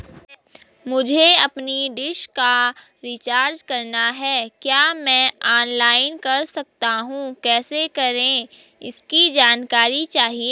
मुझे अपनी डिश का रिचार्ज करना है क्या मैं ऑनलाइन कर सकता हूँ कैसे करें इसकी जानकारी चाहिए?